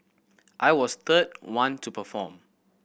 I was third one to perform